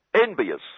envious